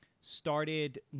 started –